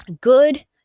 good